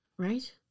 Right